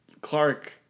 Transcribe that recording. Clark